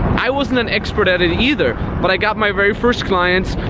i wasn't an expert at it either, but i got my very first clients.